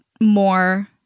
more